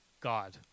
God